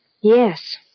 Yes